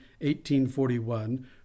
1841